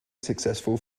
successful